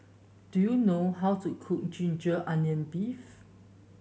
do you know how to cook Ginger Onions beef